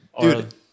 Dude